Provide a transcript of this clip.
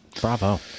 Bravo